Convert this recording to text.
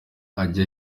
ajye